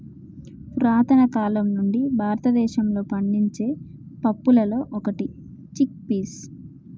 పురతన కాలం నుండి భారతదేశంలో పండించే పప్పులలో ఒకటి చిక్ పీస్